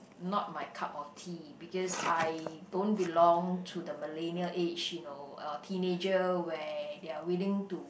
not my cup of tea because I don't belong to the millennial age you know uh teenager where they are willing to